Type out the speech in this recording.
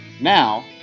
Now